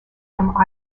from